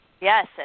Yes